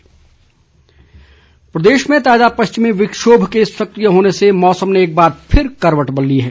मौसम प्रदेश में ताज़ा पश्चिमी विक्षोभ के सक्रिय होने से मौसम ने एकबार फिर करवट ली है